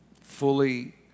fully